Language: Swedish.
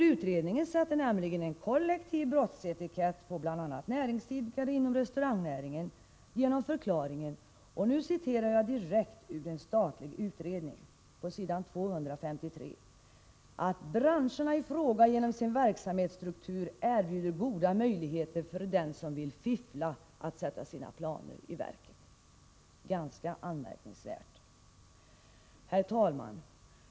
Utredningen sätter nämligen en kollektiv brottsetikett på bl.a. näringsidkare inom restaurangnäringen genom förklaringen — och nu citerar jag direkt ur den statliga utredningen på s. 253 — att ”branscherna i fråga genom sin verksamhetsstruktur erbjuder goda möjligheter för den som vill fiffla att sätta sina planer i verket”. Ganska anmärkningsvärt! Herr talman!